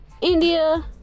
india